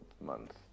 month